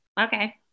Okay